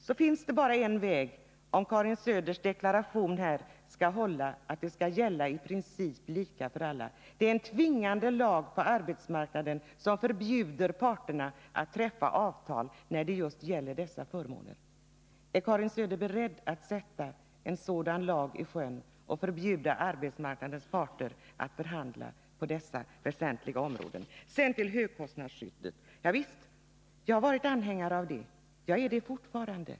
Då finns det bara en väg, om Karin Söders deklaration här skall hålla — att det skall gälla i princip lika för alla — nämligen en tvingande lag på arbetsmarknaden, som förbjuder parterna att träffa avtal om dessa förmåner. Är Karin Söder beredd att sätta en sådan lag i sjön och förbjuda arbetsmarknadens parter att förhandla på dessa väsentliga områden? Sedan till högkostnadsskyddet. Javisst, jag har varit anhängare av det, och jag är det fortfarande.